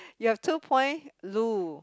you have two point